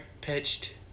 pitched